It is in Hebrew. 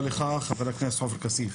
ככה כותב